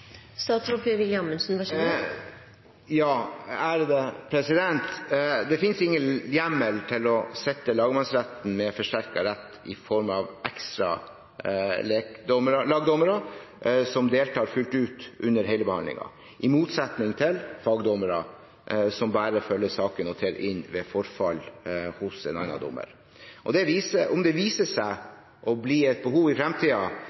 Det finnes ingen hjemmel til å sette lagmannsretten med forsterket rett i form av ekstra lagdommere som deltar fullt ut under hele behandlingen – i motsetning til fagdommere, som bare følger sakene ved forfall hos en annen dommer. Om det viser seg å bli et behov i